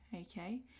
okay